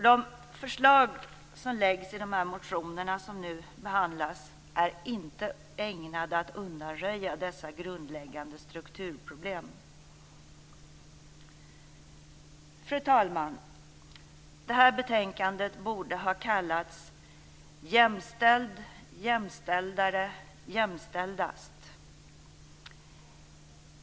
De förslag som läggs fram i de motioner som nu behandlas är inte ägnade att undanröja dessa grundläggande strukturproblem. Fru talman! Detta betänkande borde ha kallats "Jämställd, jämställdare, jämställdast".